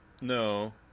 No